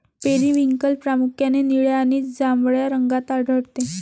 periwinkle प्रामुख्याने निळ्या आणि जांभळ्या रंगात आढळते